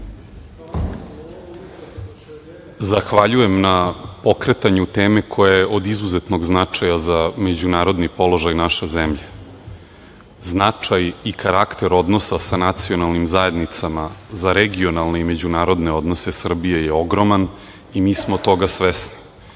Zahvaljujem na pokretanju teme koja je od izuzetnog značaja za međunarodni položaj naše zemlje. Značaj i karakter odnosa sa nacionalnim zajednicama za regionalne i međunarodne odnose Srbije je ogroman i mi smo toga svesni. Mi